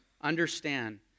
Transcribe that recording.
understand